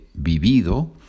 vivido